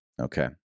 Okay